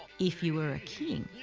if you were a king,